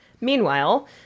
Meanwhile